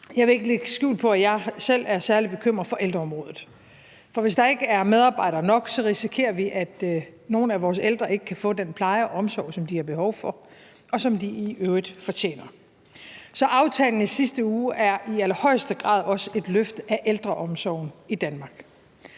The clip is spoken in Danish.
Jeg vil ikke lægge skjul på, at jeg selv er særlig bekymret for ældreområdet. For hvis der ikke er medarbejdere nok, risikerer vi, at nogle af vores ældre ikke kan få den pleje og omsorg, som de har behov for, og som de i øvrigt fortjener. Så aftalen i sidste uge er i allerhøjeste grad også et løft af ældreomsorgen i Danmark.